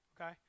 okay